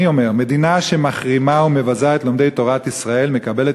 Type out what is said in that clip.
אני אומר: מדינה שמחרימה ומבזה את לומדי תורת ישראל מקבלת